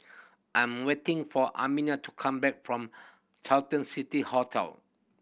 I'm waiting for Amiah to come back from Carlton City Hotel